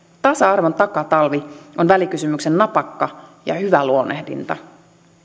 tasa arvon takatalvi on välikysymyksen napakka ja hyvä luonnehdinta